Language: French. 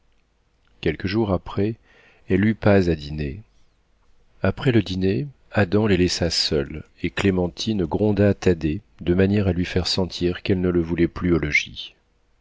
quelques jours après elle eut paz à dîner après le dîner adam les laissa seuls et clémentine gronda thaddée de manière à lui faire sentir qu'elle ne le voulait plus au logis